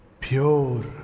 pure